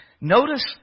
notice